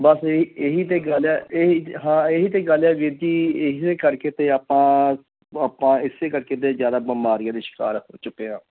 ਬਸ ਇ ਇਹੀ ਤਾਂ ਗੱਲ ਹੈ ਇਹੀ ਹਾਂ ਇਹੀ ਤਾਂ ਗੱਲ ਹੈ ਵੀਰ ਜੀ ਇਸ ਕਰਕੇ ਤਾਂ ਆਪਾਂ ਆਪਾਂ ਇਸੇ ਕਰਕੇ ਤਾਂ ਜ਼ਿਆਦਾ ਬਿਮਾਰੀਆਂ ਦੇ ਸ਼ਿਕਾਰ ਹੋ ਚੁੱਕੇ ਹਾਂ